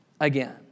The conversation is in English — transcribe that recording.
again